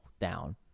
down